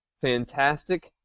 Fantastic